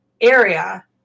area